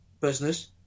business